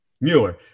Mueller